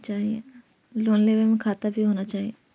Loan लेबे में खाता भी होना चाहि?